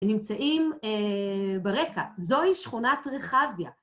שנמצאים ברקע, זוהי שכונת רחביה.